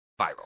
viral